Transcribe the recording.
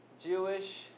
Jewish